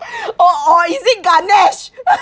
oh orh is it ganesh